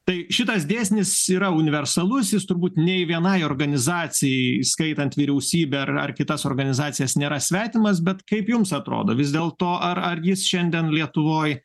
tai šitas dėsnis yra universalus jis turbūt nei vienai organizacijai įskaitant vyriausybę ar ar kitas organizacijas nėra svetimas bet kaip jums atrodo vis dėlto ar ar jis šiandien lietuvoj